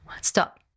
stop